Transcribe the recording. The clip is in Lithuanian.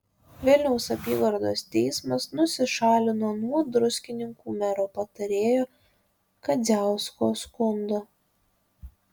vilniaus apygardos teismas nusišalino nuo druskininkų mero patarėjo kadziausko skundo